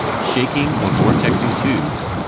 shaking or vortexing tubes,